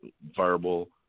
verbal